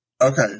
Okay